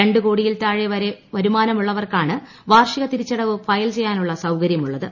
രണ്ട് കോടിയിൽ താഴെ വരുമാനമുള്ളവർക്കാണ് വാർഷിക തിരിച്ചടവ് ഫയൽചെയ്യാനുള്ള സൌകര്യമുള്ളത്